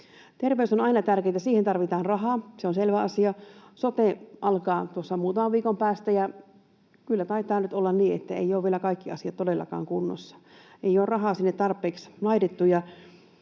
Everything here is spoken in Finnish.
Terveys on aina tärkeätä, siihen tarvitaan rahaa — se on selvä asia. Sote alkaa tuossa muutaman viikon päästä, ja kyllä taitaa nyt olla niin, että eivät ole vielä kaikki asiat todellakaan kunnossa. Ei ole rahaa sinne tarpeeksi laitettu,